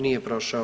Nije prošao.